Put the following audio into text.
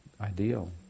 ideal